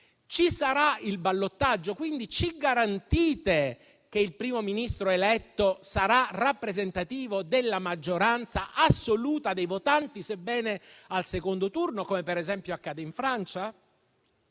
Ci sarà il ballottaggio? Ci garantite che il Primo Ministro eletto sarà rappresentativo della maggioranza assoluta dei votanti, sebbene al secondo turno, come per esempio accade in Francia?